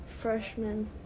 freshman